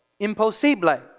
Imposible